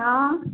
હા